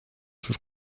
sus